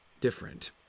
different